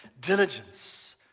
Diligence